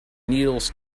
needles